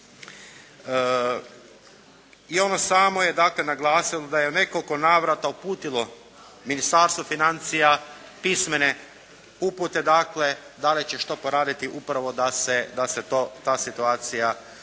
i ono samo je dakle naglasilo da je u nekoliko navrata uputilo Ministarstvu financija pismene upute da li će što poraditi upravo da se ta situacija